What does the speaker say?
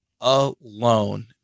alone